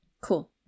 Cool